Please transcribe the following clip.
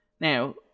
Now